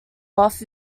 off